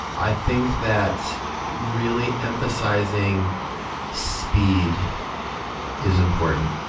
i think that really emphasizing speed is important.